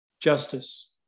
justice